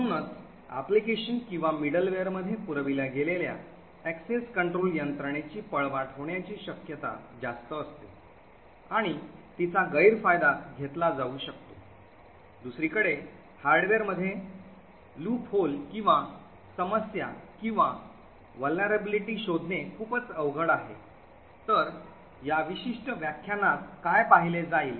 म्हणूनच application किंवा मिडलवेअरमध्ये पुरविल्या गेलेल्या access control यंत्रणेची पळवाट होण्याची शक्यता जास्त असते आणि तिचा गैरफायदा घेतला जाऊ शकतो दुसरीकडे हार्डवेअरमध्ये पळवाट किंवा समस्या किंवा असुरक्षितता शोधणे खूपच अवघड आहे तर या विशिष्ट व्याख्यानात काय पाहिले जाईल